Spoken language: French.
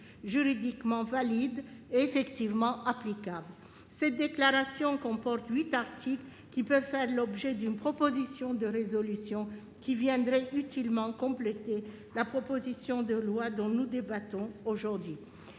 juridiquement valides et effectivement applicables. Cette déclaration comporte huit articles, qui peuvent faire l'objet d'une proposition de résolution venant utilement compléter la proposition de loi dont nous débattons aujourd'hui.